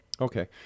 Okay